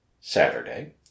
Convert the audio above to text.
Saturday